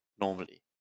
normally